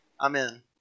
amen